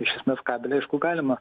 iš esmės kabelį aišku galima